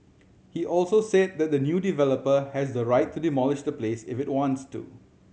he also said that the new developer has the right to demolish the place if it wants to